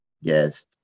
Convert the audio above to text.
yes